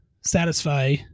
satisfy